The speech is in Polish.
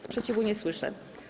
Sprzeciwu nie słyszę.